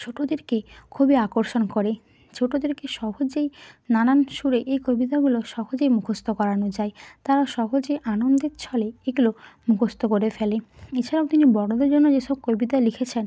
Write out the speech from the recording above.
ছোটদেরকে খুবই আকর্ষণ করে ছোটদেরকে সহজেই নানান সুরে এই কবিতাগুলো সহজেই মুখস্থ করানো যায় তারা সহজেই আনন্দের ছলে এগুলো মুখস্থ করে ফেলে এছাড়াও তিনি বড়দের জন্য যেসব কবিতা লিখেছেন